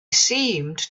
seemed